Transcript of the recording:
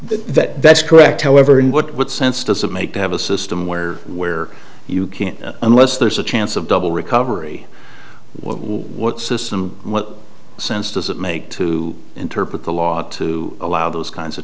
that's correct however in what sense does it make to have a system where where you can't unless there's a chance of double recovery what system what sense does it make to interpret the law to allow those kinds of